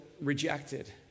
rejected